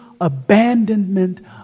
abandonment